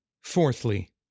Fourthly